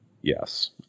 Yes